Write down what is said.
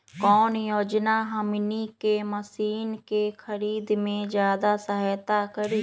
कौन योजना हमनी के मशीन के खरीद में ज्यादा सहायता करी?